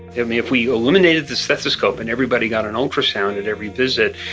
if if we eliminated the stethoscope and everybody got an ultrasound at every visit,